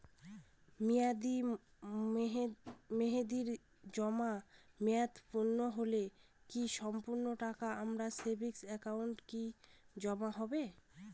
মেয়াদী মেহেদির জমা মেয়াদ পূর্ণ হলে কি সম্পূর্ণ টাকা আমার সেভিংস একাউন্টে কি জমা হবে?